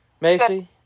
Macy